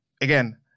again